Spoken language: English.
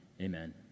Amen